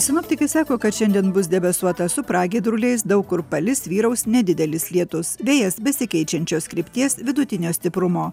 sinoptikai sako kad šiandien bus debesuota su pragiedruliais daug kur palis vyraus nedidelis lietus vėjas besikeičiančios krypties vidutinio stiprumo